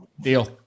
Deal